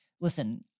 listen